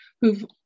who've